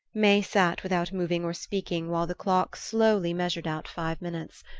may sat without moving or speaking while the clock slowly measured out five minutes.